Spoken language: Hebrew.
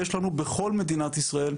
יש לנו בכל מדינת ישראל,